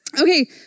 Okay